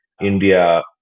India